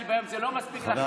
כי ביום זה לא מספיק לכם,